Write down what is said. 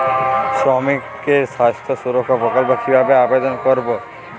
শ্রমিকের স্বাস্থ্য সুরক্ষা প্রকল্প কিভাবে আবেদন করবো?